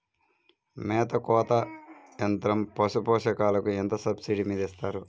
మేత కోత యంత్రం పశుపోషకాలకు ఎంత సబ్సిడీ మీద ఇస్తారు?